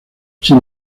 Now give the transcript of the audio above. sin